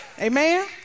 Amen